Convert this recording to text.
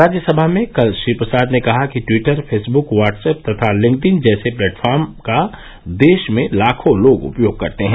राज्यसमा में कल श्री प्रसाद ने कहा कि ट्वीटर फेसब्क व्हाट्सएप तथा लिक्डइन जैसे प्लेटफार्म का देश में लाखों लोग उपयोग करते हैं